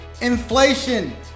inflation